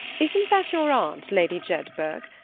isn't that your aunt, lady jedburgh?